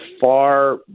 far